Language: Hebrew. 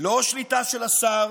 לא שליטה של השר